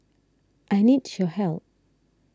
I need your help